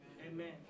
Amen